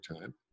time